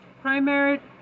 primary